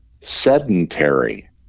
sedentary